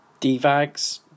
DVAGs